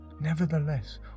Nevertheless